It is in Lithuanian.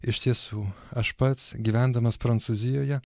iš tiesų aš pats gyvendamas prancūzijoje